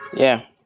yeah.